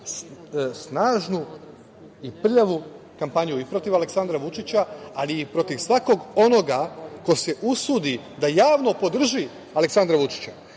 snažnu i prljavu kampanju protiv Aleksandra Vučića, ali i protiv svakog onoga ko se usudi da javno podrži Aleksandra Vučića.